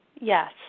Yes